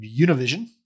Univision